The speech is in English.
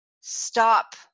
stop